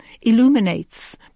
illuminates